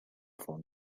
for